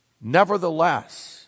Nevertheless